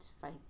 fight